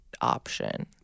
option